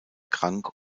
krank